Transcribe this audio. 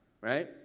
right